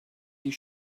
die